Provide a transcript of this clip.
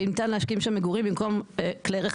ואם ניתן להקים שם מגורים במקום כלי רכב